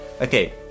okay